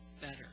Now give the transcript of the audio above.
better